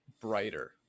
brighter